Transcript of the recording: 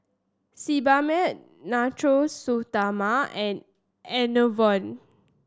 Sebamed Natura Stoma and Enervon